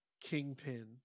kingpin